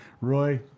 roy